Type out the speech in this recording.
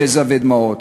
יזע ודמעות.